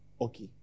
okay